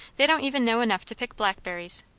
they don't even know enough to pick blackberries.